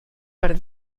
per